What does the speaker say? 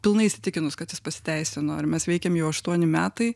pilnai įsitikinus kad jis pasiteisino ir mes veikiam jau ašuoni metai